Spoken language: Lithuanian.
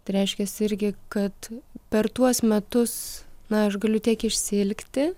tai reiškiasi irgi kad per tuos metus na aš galiu tiek išsiilgti